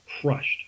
crushed